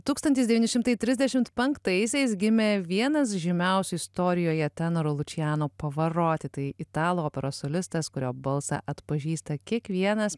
tūkstantis devyni šimtai trisdešimt penktaisiais gimė vienas žymiausių istorijoje tenorų lučiano pavaroti tai italų operos solistas kurio balsą atpažįsta kiekvienas